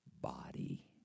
body